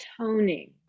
toning